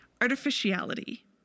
Artificiality